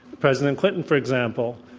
president clinton, for example,